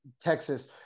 Texas